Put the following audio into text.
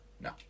No